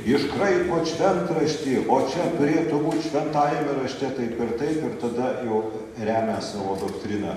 iškraipot šventraštį o čia turėtų būt šventajame rašte taip ir taip ir tada jau remia savo doktriną